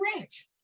rich